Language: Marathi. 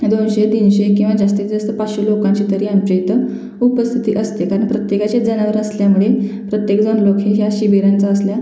दोनशे तीनशे किंवा जास्तीत जास्त पाचशे लोकांची तरी आमच्या इथं उपस्थिती असते कारण प्रत्येकाचेच जनावरं असल्यामुळे प्रत्येकजण लोक ह्या शिबिरांचा असल्या